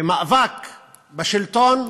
ומאבק בשלטון,